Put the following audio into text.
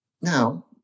now